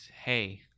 hey